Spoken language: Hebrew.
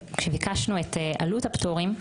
שכשביקשנו את עלות הפטורים,